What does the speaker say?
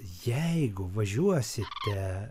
jeigu važiuosite